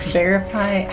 verify